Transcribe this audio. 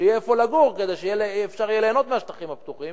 שיהיה איפה לגור כדי שאפשר יהיה ליהנות מהשטחים הפתוחים.